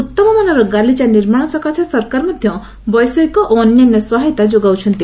ଉତ୍ତମମାନର ଗାଲିଚା ନିର୍ମାଣ ସକାଶେ ସରକାର ମଧ୍ୟ ବୈଷୟିକ ଓ ଅନ୍ୟାନ୍ୟ ସହାୟତା ଯୋଗାଉଛନ୍ତି